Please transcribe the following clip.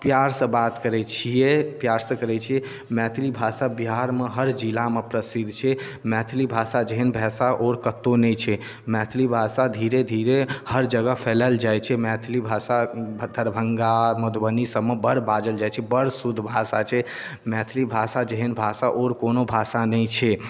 प्यारसँ बात करै छियै प्यारसँ करै छियै मैथिली भाषा बिहारमे हर जिलामे प्रसिद्ध छियै मैथिली भाषा जेहन भाषा आओर कत्तौ नहि छै मैथिली भाषा धीरे धीरे हर जगह फैलल जाइ छै मैथिली भाषा धदरभंगा मधुबनी सबमे बड़ बाजल जाइ छै बड़ शुद्ध भाषा छै मैथिली भाषा जेहन भाषा आओर कोनो भाषा नहि छै